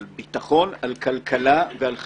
על ביטחון, על כלכלה ועל חברה.